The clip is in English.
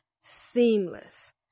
seamless